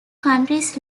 countries